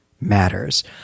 matters